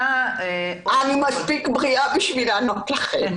אני מספיק בריאה בשביל לענות לכם.